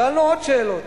שאלו עוד שאלות: